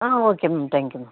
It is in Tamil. ah okay ma'am thank you ma'am